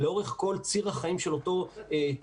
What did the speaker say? לאורך כל ציר החיים של אותו תושב,